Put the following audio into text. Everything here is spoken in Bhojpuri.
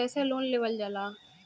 कैसे लोन लेवल जाला?